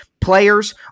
players